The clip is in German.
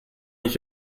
ich